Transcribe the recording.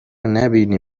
نبینی